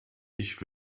ich